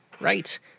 right